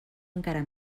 encara